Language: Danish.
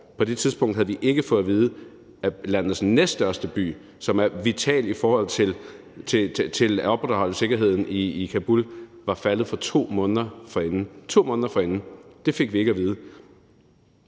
På det tidspunkt havde vi ikke fået at vide, at landets næststørste by, som er vital i forhold til at opretholde sikkerheden i Kabul, var faldet 2 måneder forinden – 2 måneder forinden! Det fik vi ikke at vide.